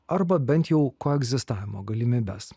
arba bent jau koegzistavimo galimybes